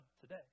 today